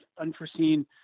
unforeseen